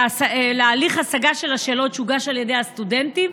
להליך ההשגה של השאלות שהוגש על ידי הסטודנטים,